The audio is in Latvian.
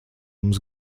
mums